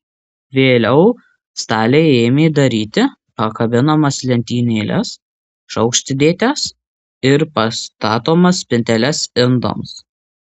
vėliau staliai ėmė daryti pakabinamas lentynėles šaukštdėtes ir pastatomas spinteles indams